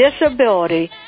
disability